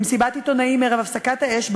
במסיבת עיתונאים ערב הפסקת האש,